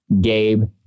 Gabe